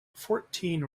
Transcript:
fourteen